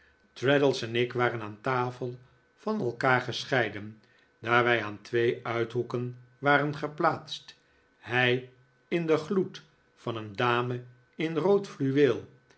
traddles en ik waren aan tafel van elkaar gescheiden daar wij aan twee uithoeken waren geplaatst hij in den gloed van een dame in rood